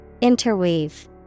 Interweave